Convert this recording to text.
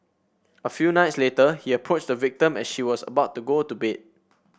a few nights later he approached the victim as she was about to go to bed